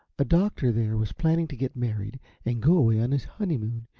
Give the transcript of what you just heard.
a doctor there was planning to get married and go away on his honeymoon,